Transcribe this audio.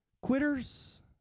Quitters